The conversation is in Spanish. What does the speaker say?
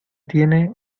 tiene